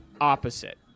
opposite